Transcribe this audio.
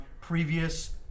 previous